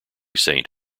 saint